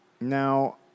Now